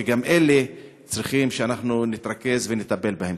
שגם אלה צריכים שאנחנו נתרכז ונטפל בהם.